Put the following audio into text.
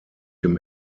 dem